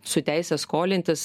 su teise skolintis